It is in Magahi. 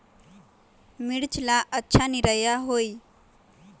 मिर्च ला अच्छा निरैया होई?